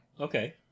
Okay